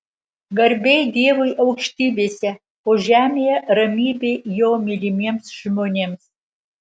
garbė dievui aukštybėse o žemėje ramybė jo mylimiems žmonėms